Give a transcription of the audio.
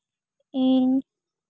ᱤᱧ